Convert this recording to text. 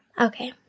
Okay